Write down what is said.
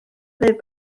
ddydd